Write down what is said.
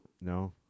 no